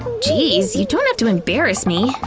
geez, you don't have to embarrass me.